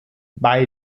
bei